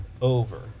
over